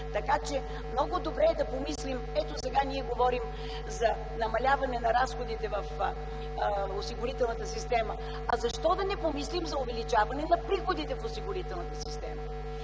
Така че, много добре да помислим – ето сега ние говорим за намаляване на разходите в осигурителната система, а защо да не помислим за увеличаване на приходите в осигурителната система?